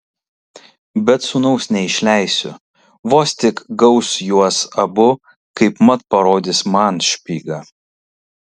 bet sūnaus neišleisiu vos tik gaus juos abu kaipmat parodys man špygą